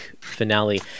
finale